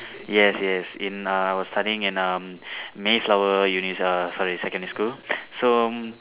yes yes in err I was studying in um Mayflower uni err sorry secondary school so